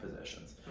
positions